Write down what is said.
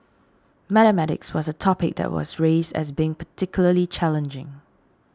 mathematics was a topic that was raised as being particularly challenging